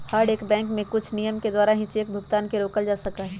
हर एक बैंक के कुछ नियम के द्वारा ही चेक भुगतान के रोकल जा सका हई